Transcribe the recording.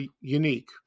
unique